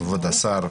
כבוד השר.